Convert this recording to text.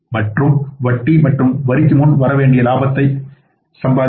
மற்றும் வட்டி மற்றும் வரிக்கு முன் வர வேண்டிய லாபத்தை சம்பாதிக்கின்றன